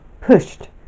pushed